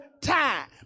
time